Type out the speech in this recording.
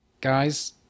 guys